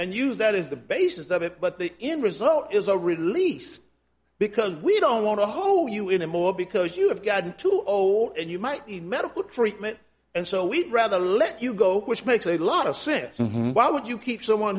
and use that is the basis of it but the end result is a release because we don't want to hold you in a more because you have got too old and you might medical treatment and so we'd rather let you go which makes a lot of sense why would you keep someone